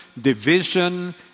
division